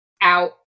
out